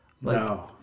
No